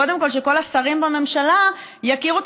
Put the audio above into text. קודם כול שכל השרים בממשלה יכירו את